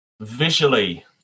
visually